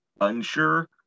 unsure